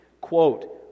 quote